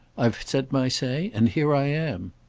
i've said my say, and here i am.